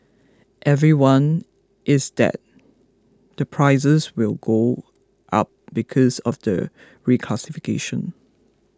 everyone is that the prices will go up because of the reclassification